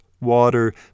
water